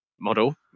model